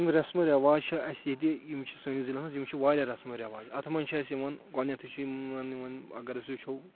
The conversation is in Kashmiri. یِم رسمو رؠواج چھِ اَسہِ ییٚتہِ یِم چھِ سٲنِس ضِلعس منٛز یِم چھِ واریاہ رَسمو رؠواج اَتھ منٛز چھِ اَسہِ یِوان گۄڈنؠتھٕے چھِ یِمن یِوان اگر أسۍ وٕچھو